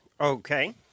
Okay